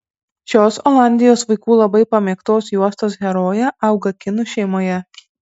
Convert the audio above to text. šios olandijos vaikų labai pamėgtos juostos herojė auga kinų šeimoje